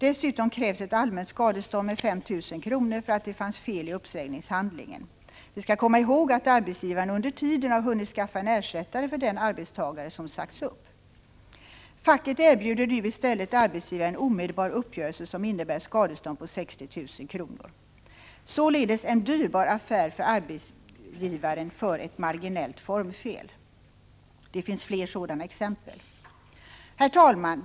Dessutom krävs ett allmänt skadestånd med 5 000 kr. för att det fanns fel i uppsägningshandlingen. Vi skall komma ihåg att arbetsgivaren under tiden har hunnit skaffa en ersättare för den arbetstagare som sagts upp. Facket erbjuder arbetsgivaren omedelbar uppgörelse, som innebär ett skadestånd på 60 000 kr. Detta är således ett exempel på att ett marginellt formfel kan bli en dyrbar affär för arbetsgivaren. Det finns fler sådana exempel. Herr talman!